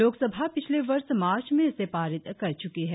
लोकसभा पिछले वर्ष मार्च में इसे पारित कर चुकी है